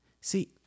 See